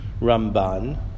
Ramban